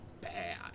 bad